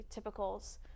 typicals